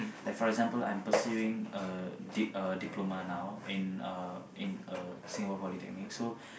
like for example I'm pursuing a dip~ a diploma now in uh in uh Singapore-Polytechnic so